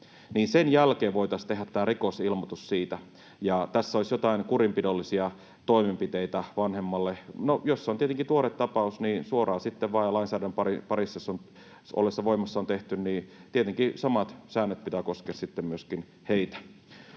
sen jälkeen voitaisiin tehdä tämä rikosilmoitus siitä ja tässä olisi joitain kurinpidollisia toimenpiteitä vanhemmalle. No, tietenkin jos se on tuore tapaus, niin suoraan sitten vaan, ja lainsäädännön ollessa voimassa jos on tehty, niin tietenkin samojen sääntöjen pitää koskea sitten myöskin heitä.